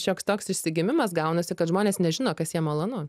šioks toks išsigimimas gaunasi kad žmonės nežino kas jam malonu